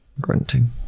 grunting